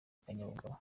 akanyabugabo